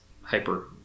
hyper